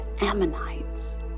Ammonites